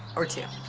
or two.